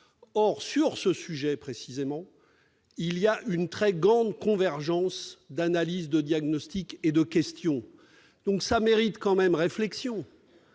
Or sur ce sujet précisément, il y a une très grande convergence d'analyses, de diagnostics et de questions. En vérité, il y a une raison